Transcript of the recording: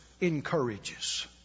encourages